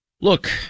Look